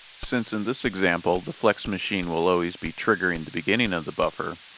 since in this example the flex machine will always be triggering the beginning of the buffer,